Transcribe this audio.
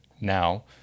now